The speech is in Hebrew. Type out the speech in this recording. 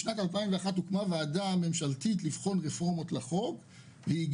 בשנת 2001 הוקמה ועדה על מנת לבחון רפורמות לחוק ההולנדי